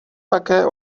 také